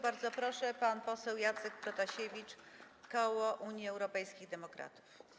Bardzo proszę, pan poseł Jacek Protasiewicz, koło Unii Europejskich Demokratów.